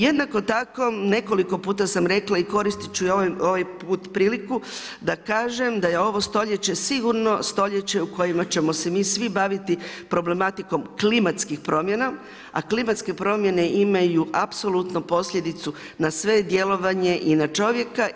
Jednako tako nekoliko puta sam rekla i koristiti ću i ovaj put priliku da kažem da je ovo stoljeće sigurno stoljeće u kojima ćemo se mi svi baviti problematikom klimatskih promjena, a klimatske promjene imaju apsolutno posljedicu na sve djelovanje i na čovjeka.